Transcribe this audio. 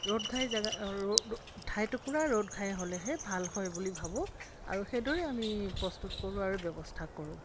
ৰ'দ ঘাই জাগা ৰ' ঠাই টুকুৰা ৰ'দ ঘাই হ'লেহে ভাল হয় বুলি ভাবোঁ আৰু সেইদৰেই আমি প্ৰস্তুত কৰোঁ আৰু ব্যৱস্থা কৰোঁ